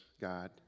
God